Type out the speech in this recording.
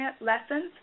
Lessons